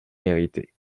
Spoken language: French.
mérité